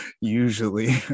usually